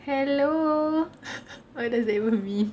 hello what does that even mean